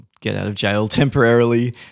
get-out-of-jail-temporarily